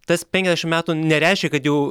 tas penkiasdešim metų nereiškia kad jau